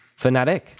Fnatic